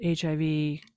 HIV